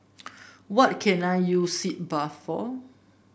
what can I use Sitz Bath for